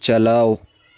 چلاؤ